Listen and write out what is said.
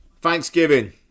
Thanksgiving